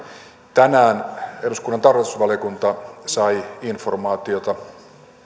tänään eduskunnan tarkastusvaliokunta sai informaatiota